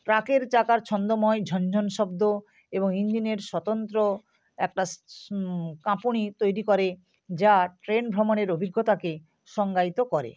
ট্র্যাকের চাকার ছন্দময় ঝনঝন শব্দ এবং ইঞ্জিনের স্বতন্ত্র একটা কাঁপুনি তৈরি করে যা ট্রেন ভ্রমণের অভিজ্ঞতাকে সংজ্ঞায়িত করে